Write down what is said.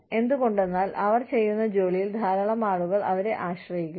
എന്തുകൊണ്ടെന്നാൽ അവർ ചെയ്യുന്ന ജോലിയിൽ ധാരാളം ആളുകൾ അവരെ ആശ്രയിക്കുന്നു